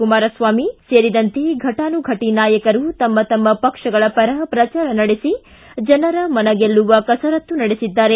ಕುಮಾರಸ್ವಾಮಿ ಸೇರಿದಂತೆ ಫಟಾನುಘಟಿ ನಾಯಕರು ತಮ್ಮ ತಮ್ಮ ಪಕ್ಷಗಳ ಪರ ಪ್ರಚಾರ ನಡೆಸಿ ಜನರ ಮನ ಗೆಲ್ಲುವ ಕಸರತ್ತು ನಡೆಸಿದ್ದಾರೆ